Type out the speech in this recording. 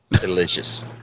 Delicious